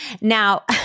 Now